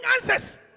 answers